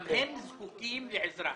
גם הם זקוקים לעזרה.